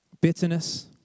Bitterness